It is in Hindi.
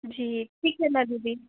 जी ठीक है ना दीदी